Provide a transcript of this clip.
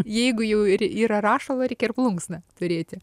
jeigu jau ir yra rašalą reikia ir plunksną turėti